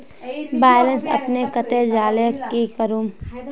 Balance अपने कते जाले की करूम?